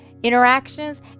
interactions